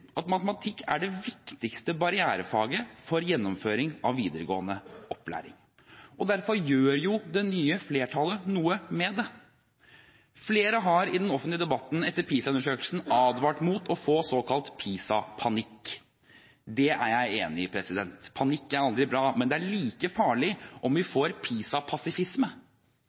at matematikk er det viktigste barrierefaget for gjennomføring av videregående opplæring. Derfor gjør det nye flertallet noe med det. Flere har i den offentlige debatten etter PISA-undersøkelsen advart mot å få «PISA-panikk». Det er jeg enig i, panikk er aldri bra, men det er like farlig om vi får